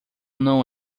não